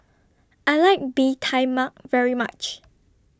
I like Bee Tai Mak very much